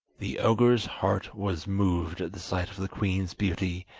the ogre's heart was moved at the sight of the queen's beauty,